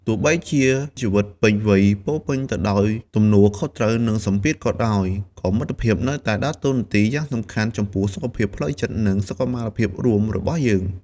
ទោះបីជាជីវិតពេញវ័យពោរពេញទៅដោយទំនួលខុសត្រូវ និងសម្ពាធក៏ដោយ ក៏មិត្តភាពនៅតែដើរតួនាទីយ៉ាងសំខាន់ចំពោះសុខភាពផ្លូវចិត្ត និងសុខុមាលភាពរួមរបស់យើង។